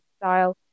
style